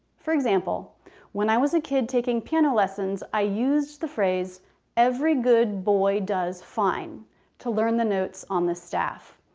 for example when i was a kid taking piano lessons i used the phrase every good boy does fine to learn the notes on the staff.